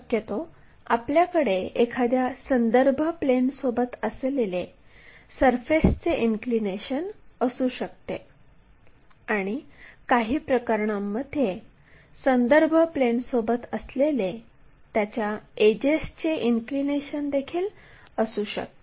शक्यतो आपल्याकडे एखाद्या संदर्भ प्लेनसोबत असलेले सरफेसचे इन्क्लिनेशन असू शकते आणि काही प्रकारणांमध्ये संदर्भ प्लेनसोबत असलेले त्याच्या एजेसचे इन्क्लिनेशनदेखील असू शकते